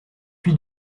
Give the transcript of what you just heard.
fui